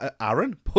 Aaron